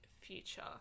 Future